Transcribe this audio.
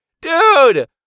dude